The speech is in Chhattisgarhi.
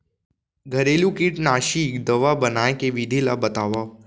घरेलू कीटनाशी दवा बनाए के विधि ला बतावव?